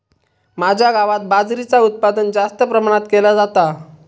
माझ्या गावात बाजरीचा उत्पादन जास्त प्रमाणात केला जाता